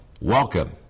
Welcome